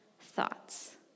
thoughts